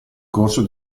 corso